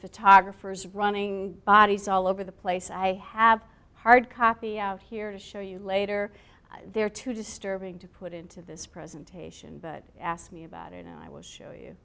photographers running bodies all over the place i have hard copy out here to show you later they're too disturbing to put into this presentation but ask me about it and i will show you